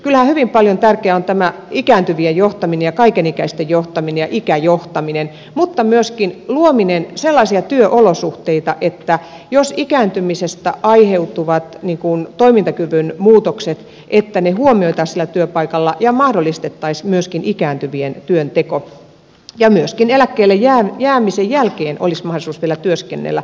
kyllähän hyvin paljon tärkeää on tämä ikääntyvien johtaminen ja kaikenikäisten johtaminen ja ikäjohtaminen mutta myöskin sellaisten työolosuhteiden luominen että ikääntymisestä aiheutuvat toimintakyvyn muutokset huomioitaisiin siellä työpaikalla ja mahdollistettaisiin myöskin ikääntyvien työnteko ja myöskin eläkkeelle jäämisen jälkeen olisi mahdollisuus vielä työskennellä